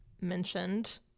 mentioned